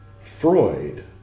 Freud